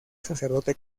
sacerdote